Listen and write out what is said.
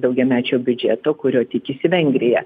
daugiamečio biudžeto kurio tikisi vengrija